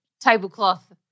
tablecloth